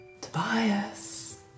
Tobias